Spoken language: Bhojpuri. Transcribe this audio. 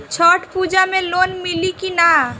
छठ पूजा मे लोन मिली की ना?